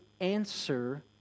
answer